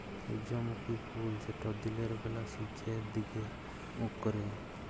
সূর্যমুখী ফুল যেট দিলের ব্যালা সূর্যের দিগে মুখ ক্যরে